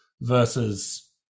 versus